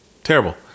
Terrible